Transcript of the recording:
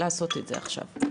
לעשות את זה עכשיו.